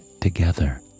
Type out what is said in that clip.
together